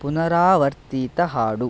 ಪುನರಾವರ್ತಿತ ಹಾಡು